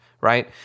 right